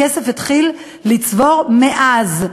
הכסף יתחיל להיצבר מאז,